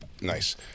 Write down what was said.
Nice